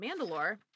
Mandalore